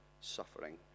suffering